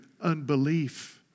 unbelief